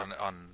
on